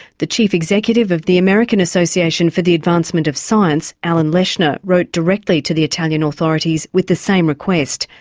the chief executive of the american association for the advancement of science, alan leshner, wrote directly to the italian italian authorities with the same request,